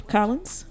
Collins